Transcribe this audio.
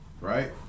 right